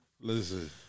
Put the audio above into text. Listen